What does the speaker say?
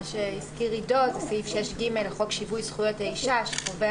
מה שהזכיר עדו זה סעיף 6ג' לחוק שיווי זכויות האישה שקובע